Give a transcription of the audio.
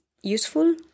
useful